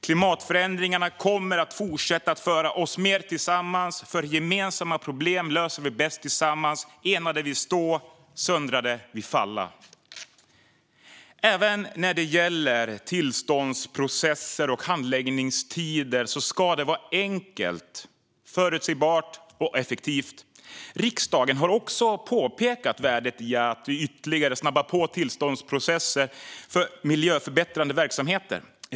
Klimatförändringarna kommer att fortsätta att föra oss mer samman, för gemensamma problem löser vi bäst tillsammans. Enade vi stå - söndrade vi falla. Även när det gäller tillståndsprocesser och handläggningstider ska det vara enkelt, förutsägbart och effektivt. Riksdagen har också påpekat värdet i att ytterligare snabba på tillståndsprocesser för miljöförbättrande verksamheter.